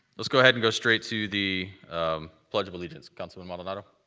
let's go ahead and go straight to the pledge of allegiance. councilman maldonado.